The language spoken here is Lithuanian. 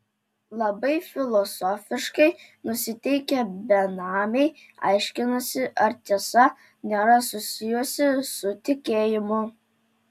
labai filosofiškai nusiteikę benamiai aiškinasi ar tiesa nėra susijusi su tikėjimu